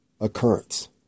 occurrence